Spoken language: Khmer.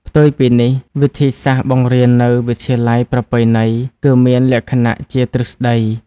ផ្ទុយពីនេះ វិធីសាស្ត្របង្រៀននៅ វិទ្យាល័យប្រពៃណី គឺមានលក្ខណៈជា ទ្រឹស្តី។